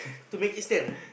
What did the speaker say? to make it stand ah